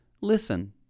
listen